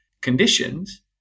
conditions